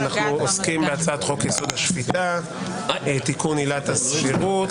על סדר-היום: הצעת חוק-יסוד: השפיטה (תיקון - עילת הסבירות).